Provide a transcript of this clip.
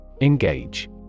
Engage